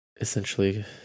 essentially